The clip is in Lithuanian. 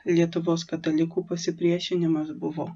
lietuvos katalikų pasipriešinimas buvo